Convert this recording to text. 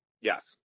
Yes